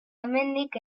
hemendik